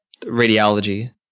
radiology